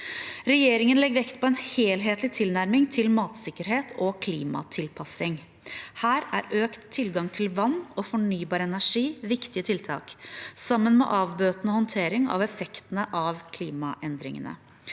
Regjeringen legger vekt på en helhetlig tilnærming til matsikkerhet og klimatilpassing. Her er økt tilgang til vann og fornybar energi viktige tiltak, sammen med avbøtende håndtering av effektene av klimaendringene.